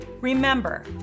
Remember